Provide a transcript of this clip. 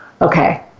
okay